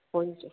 கொஞ்சம்